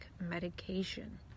medication